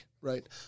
right